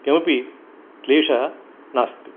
किमपि क्लेशः नास्ति